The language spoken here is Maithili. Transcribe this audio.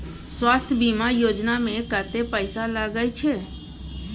स्वास्थ बीमा योजना में कत्ते पैसा लगय छै?